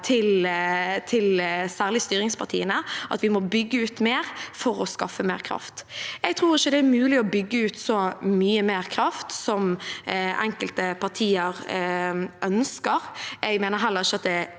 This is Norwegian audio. særlig styringspartiene at vi må bygge ut mer for å skaffe mer kraft. Jeg tror ikke det er mulig å bygge ut så mye mer kraft som enkelte partier ønsker. Jeg mener heller ikke at det